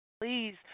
Please